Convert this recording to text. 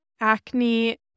Acne